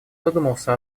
задумался